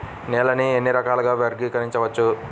నేలని ఎన్ని రకాలుగా వర్గీకరించవచ్చు?